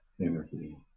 energy